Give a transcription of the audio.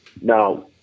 now